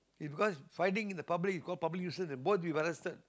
is because fighting in the public is call public nuisance and both to be arrested